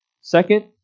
Second